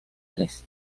tres